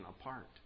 apart